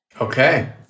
Okay